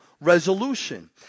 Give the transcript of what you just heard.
resolution